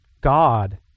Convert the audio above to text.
God